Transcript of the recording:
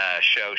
show